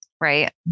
Right